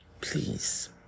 Please